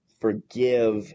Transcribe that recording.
forgive